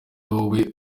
wowe